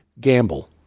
gamble